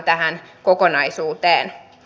arvoisa puhemies